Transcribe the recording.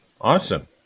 Awesome